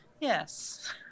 Yes